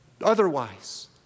otherwise